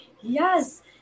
Yes